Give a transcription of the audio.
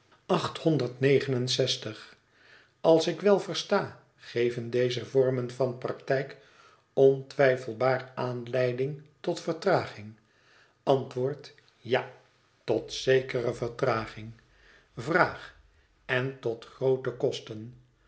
als ik wel versta geven deze vormen van praktijk ontwijfelbaar aanleiding tot vertraging antwoord ja tot zekere vertraging vraag en tot groote kosten